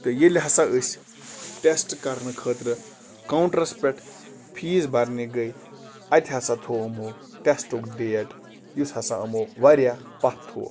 تہٕ ییٚلہِ ہسا أسۍ ٹٮ۪سٹ کَرنہٕ خٲطرٕ کاوُنٛٹَرَس پٮ۪ٹھ فیٖس بَرنہِ گٔے اَتہِ ہسا تھوٚو یِمو ٹٮ۪سٹُک ڈیٹ یُس ہسا یِمو واریاہ پَتھ تھوٚو